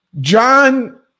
John